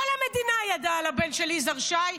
כל המדינה ידעה על הבן של יזהר שי,